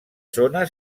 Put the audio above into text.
zona